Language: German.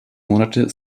monate